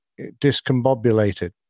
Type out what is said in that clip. discombobulated